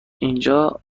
اینجا